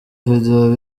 video